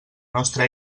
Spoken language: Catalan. nostra